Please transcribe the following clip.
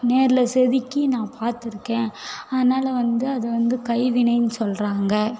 நேரில் செதுக்கி நான் பார்த்துருக்கேன் அதனால் வந்து அதை வந்து கைவினைன்னு சொல்கிறாங்க